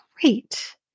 great